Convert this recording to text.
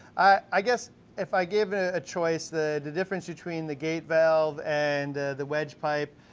i guess if i gave it a choice, the difference between the gate valve and the wedge pipe,